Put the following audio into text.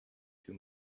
too